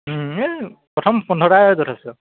এই প্ৰথম পোন্ধৰটাই যথেষ্ট